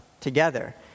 together